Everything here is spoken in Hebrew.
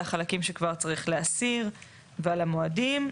החלקים שכבר צריך להסיר ועל המועדים.